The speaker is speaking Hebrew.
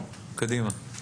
אין.